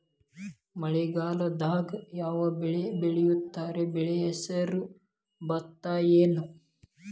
ಮಳೆಗಾಲದಾಗ್ ಯಾವ್ ಬೆಳಿ ಬೆಳಿತಾರ, ಬೆಳಿ ಹೆಸರು ಭತ್ತ ಏನ್?